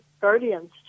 guardians